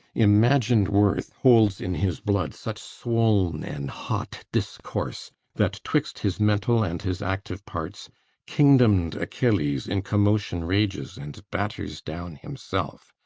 imagin'd worth holds in his blood such swol'n and hot discourse that twixt his mental and his active parts kingdom'd achilles in commotion rages, and batters down himself.